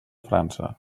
frança